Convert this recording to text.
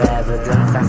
evidence